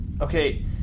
okay